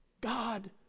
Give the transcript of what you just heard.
God